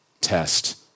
test